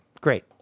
Great